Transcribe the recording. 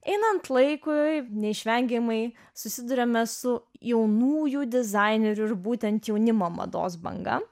einant laikui neišvengiamai susiduriame su jaunųjų dizainerių ir būtent jaunimo mados banga